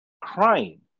crying